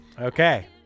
Okay